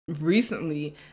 recently